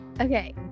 Okay